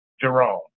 Jerome